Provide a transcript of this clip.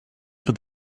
for